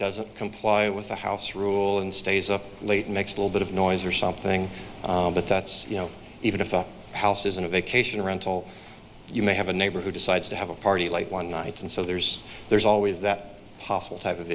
doesn't comply with the house rule and stays up late makes little bit of noise or something but that's you know even if the house is in a vacation rental you may have a neighbor who decides to have a party late one night and so there's there's always that possible type of